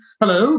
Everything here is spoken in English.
hello